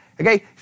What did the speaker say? Okay